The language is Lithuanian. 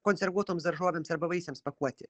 konservuotoms daržovėms arba vaisiams pakuoti